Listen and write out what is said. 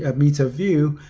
ah meter view.